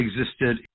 existed